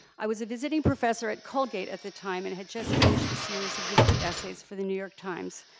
i was a visiting professor at colgate at the time, and had just finished a series of weekly essays for the new york times,